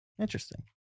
interesting